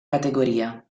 categoria